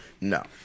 No